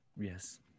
Yes